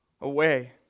away